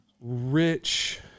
rich